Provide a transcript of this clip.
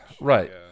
right